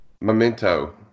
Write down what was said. Memento